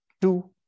two